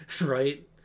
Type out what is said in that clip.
right